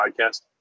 Podcast